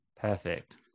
perfect